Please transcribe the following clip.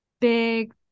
big